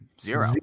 Zero